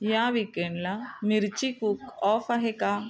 या विकेंडला मिरची कूक ऑफ आहे का